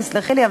תסלחי לי,